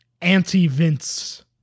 anti-Vince